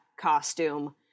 costume